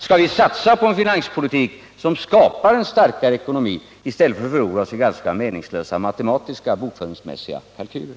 Skall vi satsa på en finanspolitik som skapar en starkare ekonomi i stället för att förlora oss i ganska meningslösa matematiska, bokföringsmässiga kalkyler?